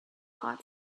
hot